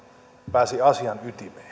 pääsi asian ytimeen